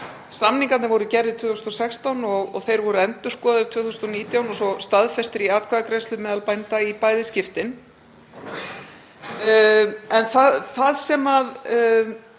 Samningarnir voru gerðir 2016 og þeir voru endurskoðaðir 2019 og svo staðfestir í atkvæðagreiðslu meðal bænda í bæði skiptin. En það sem